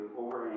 over